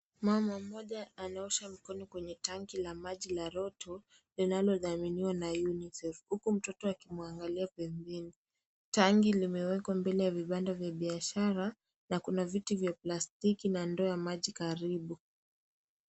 Mama mmoja anaosha mkono kwenye tanki la maji la Rotto. Linalo thaminiwa na UNICEF. Huku mtoto akimwangalia pembeni, tanki limewekwa mbele ya vibanda vya biashara na kuna viti vya plastiki na ndoo ya maji karibu.